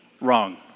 wrong